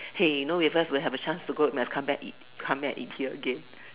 hey you know if us will have a chance to go might have come back eat come back eat here again